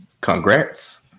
congrats